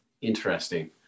Interesting